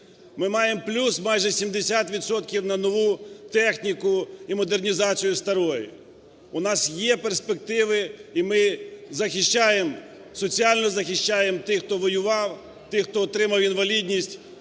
Ми маємо плюс майже 70 відсотків на нову техніку і модернізацію старої. У нас є перспективи, і ми захищаємо соціально захищаємо тих, хто воював, тих, хто отримав інвалідність